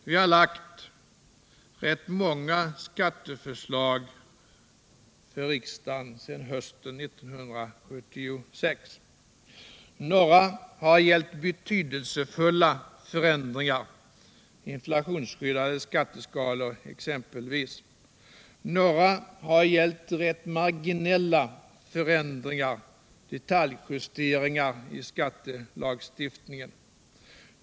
Vi har lagt fram rätt många skatteförslag för riksdagen sedan hösten 1976. Några har gällt betydelsefulla förändringar, exempelvis inflationsskyddade skatteskalor. Några har gällt rätt marginella förändringar, detaljjusteringar i skattelagstiftningen.